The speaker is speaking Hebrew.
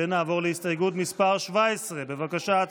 נעבור להסתייגות מס' 17, בבקשה.